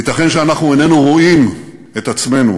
ייתכן שאנחנו איננו רואים את עצמנו